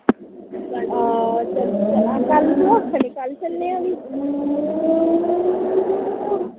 हां कल तूं आक्खा नी कल चलने आं फ्ही